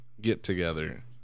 get-together